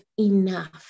enough